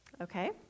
Okay